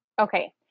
Okay